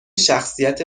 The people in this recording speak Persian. شخصیت